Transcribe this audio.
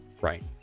Right